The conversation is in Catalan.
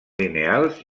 lineals